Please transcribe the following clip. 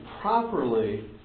properly